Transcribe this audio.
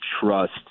trust